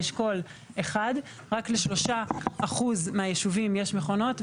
באשכול אחד רק ל-3% מהיישובים יש מכונות,